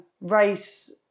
race